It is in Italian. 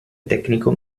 tecnico